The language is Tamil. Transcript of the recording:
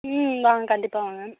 ம் வாங்க கண்டிப்பாக வாங்க